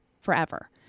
forever